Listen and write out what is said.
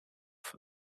for